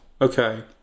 okay